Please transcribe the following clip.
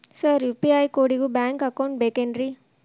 Sir UPI ಕೋಡಿಗೂ bank account ಬೇಕೆನ್ರಿ?